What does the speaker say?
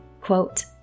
Quote